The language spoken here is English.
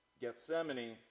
Gethsemane